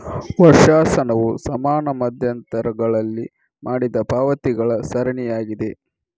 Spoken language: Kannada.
ವರ್ಷಾಶನವು ಸಮಾನ ಮಧ್ಯಂತರಗಳಲ್ಲಿ ಮಾಡಿದ ಪಾವತಿಗಳ ಸರಣಿಯಾಗಿದೆ